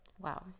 Wow